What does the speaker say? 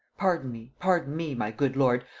pardon me, pardon me, my good lord,